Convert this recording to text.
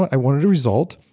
i want a result.